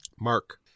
Mark